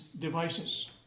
devices